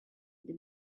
the